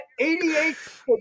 88